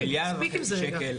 די, מספיק עם זה רגע.